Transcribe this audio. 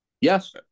Yes